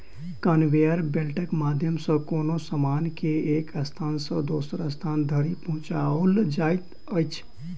conveyor बेल्टक माध्यम सॅ कोनो सामान के एक स्थान सॅ दोसर स्थान धरि पहुँचाओल जाइत अछि